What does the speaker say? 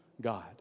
God